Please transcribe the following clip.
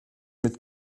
mit